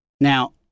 Now